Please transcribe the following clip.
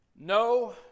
No